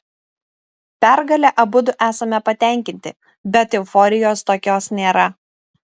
pergale abudu esame patenkinti bet euforijos tokios nėra